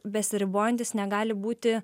besiribojantis negali būti